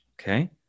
okay